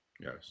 Yes